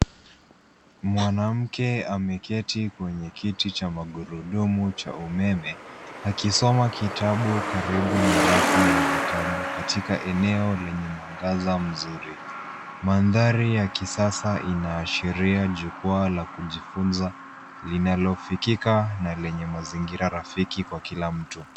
Mwanamke ameketi kwenye kiti cha magurudumu cha umeme ,akisoma kitabu karibu na rafu ya vitabu, katika eneo lenye mwangaza mzuri. Mandhari ya kisasa inaashiria jukwaa la kujifunza linalofikika na lenye mazingira rafiki kwa kila mtu.